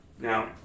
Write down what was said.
Now